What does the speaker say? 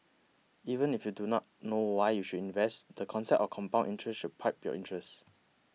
even if you do not know why you should invest the concept of compound interest should pipe your interest